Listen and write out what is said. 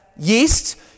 Yeast